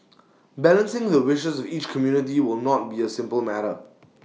balancing the wishes of each community will not be A simple matter